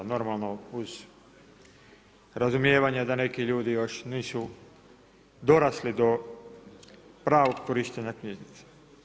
Normalno uz razumijevanje da neki ljudi još nisu dorasli do pravog korištenja knjižnice.